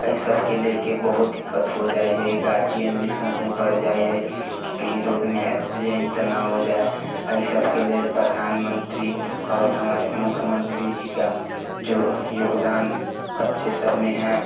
एहि सबके लेके बहुत दिक्कत हो जाय हइ गार्जियन भी सोचमे पड़ि जाय हइ कि कही रोडमे ऐक्सिडेंट तऽ नहि हो जाय एहि सबके लेल प्रधानमंत्री आओर हमारे मुख्यमंत्री जी का जो योगदान बच्चे सबमे हइ